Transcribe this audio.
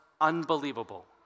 Unbelievable